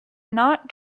not